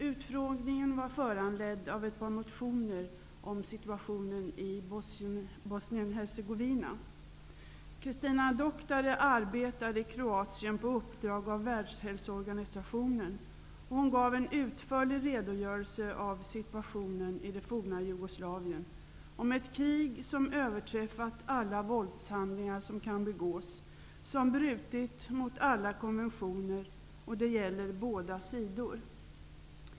Utfrågningen var föranledd av ett par motioner om situationen i Bosnien Christina Doctare arbetar i Kroatien på uppdrag av Världshälsoorganisationen, och hon gav en utförlig redogörelse av situationen i det forna Jugoslavien -- om ett krig som överträffat alla våldshandlingar som kan begås och som brutit mot alla konventioner, det gäller båda sidor.